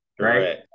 Right